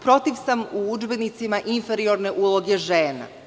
Protiv sam u udžbenicima inferiorne uloge žena.